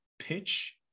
pitch